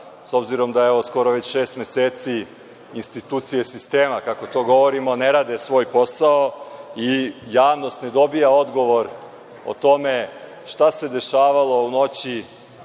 s obzirom da evo skoro već šest meseci institucije sistema, kako to govorimo, ne rade svoj posao i javnost ne dobija odgovor o tome šta se dešavalo u noći